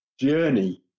journey